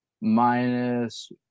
minus